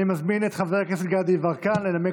אני מזמין את חבר הכנסת גדי יברקן לנמק